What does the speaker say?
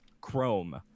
chrome